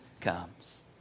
comes